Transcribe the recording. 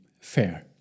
Fair